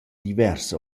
divers